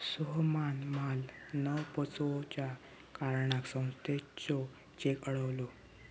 सोहमान माल न पोचवच्या कारणान संस्थेचो चेक अडवलो